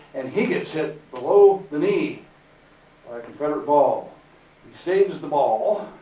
and he gets hit below knee by a confederate ball. he saves the ball.